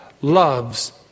loves